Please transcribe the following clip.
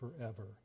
forever